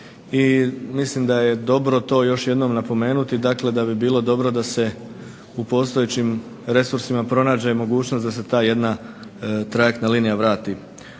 i mislim da je dobro to još jednom napomenuti. Dakle, da bi bilo dobro da se u postojećim resursima pronađe mogućnost da se ta jedna trajektna linija vrati.